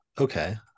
okay